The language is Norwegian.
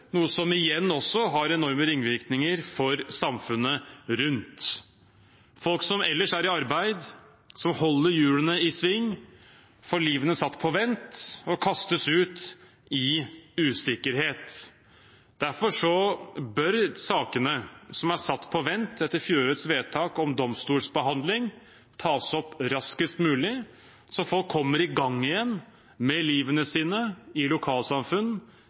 noe som igjen har enorme ringvirkninger for samfunnet rundt. Folk som ellers er i arbeid, og som holder hjulene i gang, får livet satt på vent og kastes ut i usikkerhet. Derfor bør sakene som er satt på vent etter fjorårets vedtak om domstolsbehandling, tas opp raskest mulig, så folk kommer i gang igjen med livet sitt i lokalsamfunn